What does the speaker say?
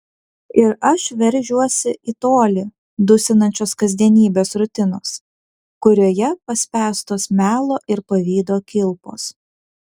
ir aš veržiuosi į tolį dusinančios kasdienybės rutinos kurioje paspęstos melo ir pavydo kilpos